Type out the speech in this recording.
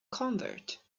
convert